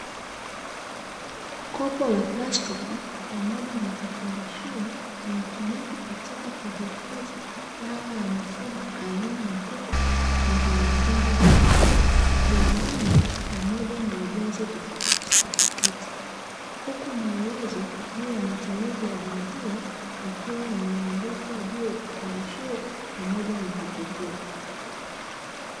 Kopo la plastiki pamoja na kifungashio kinatumika kufanya uhifadhi wa dawa ya mifugo aina ya kuku na vimefungwa vizuri, na vina rangi pamoja na ujazo tofautitofauti, huku maelezo juu ya matumizi ya dawa hiyo yakiwa yameandikwa juu ya kifungashio pamoja na kopo hilo.